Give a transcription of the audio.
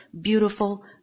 beautiful